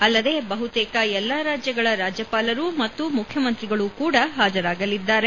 ಅಲ್ಲದೆ ಬಹುತೇಕ ಎಲ್ಲಾ ರಾಜ್ಯಗಳ ರಾಜ್ಯಪಾಲರೂ ಮತ್ತು ಮುಖ್ಯಮಂತ್ರಿಗಳೂ ಕೂಡ ಹಾಜರಾಗಲಿದ್ದಾರೆ